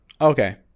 Okay